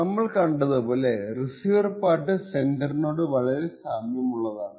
നമ്മൾ കണ്ടത് പോലെ റിസീവർ പാർട്ട് സെൻഡർനോട് വളരെ സാമ്യമുള്ളതാണ്